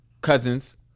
cousins